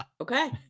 okay